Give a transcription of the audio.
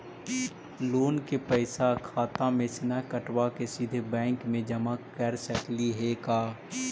Loan के पैसा खाता मे से न कटवा के सिधे बैंक में जमा कर सकली हे का?